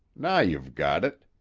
now you've got it.